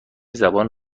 زبان